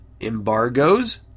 Embargoes